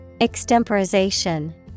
Extemporization